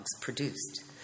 produced